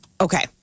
Okay